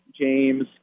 James